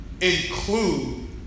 include